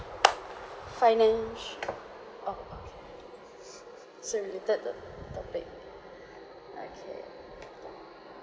financi~ oh okay so related the topic okay